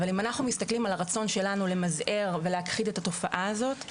אבל אם אנחנו מסתכלים על הרצון שלנו למזער ולהכחיד את התופעה הזאת,